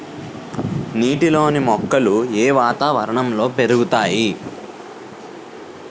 నీటిలోని మొక్కలు ఏ వాతావరణంలో పెరుగుతాయి?